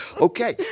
Okay